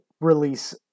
release